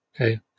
Okay